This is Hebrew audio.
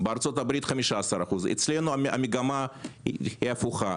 בארצות הברית 15%, אצלנו המגמה היא הפוכה.